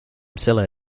silla